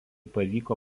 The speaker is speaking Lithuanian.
pavyko